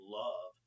love